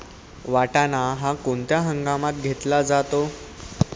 वाटाणा हा कोणत्या हंगामात घेतला जातो?